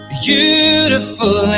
beautiful